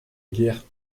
guerre